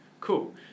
Cool